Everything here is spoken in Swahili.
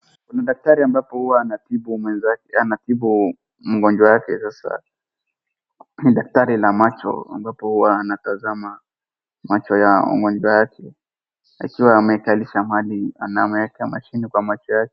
Kuna daktari ambapo huwa anatibu mwenzake anatibu mgonjwa wake sasa ni daktari la macho ambapo huwa anatazama macho ya mwenzake akiwa anamkalisha mahali anamweka mashine kwa macho yake.